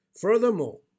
Furthermore